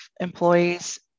employees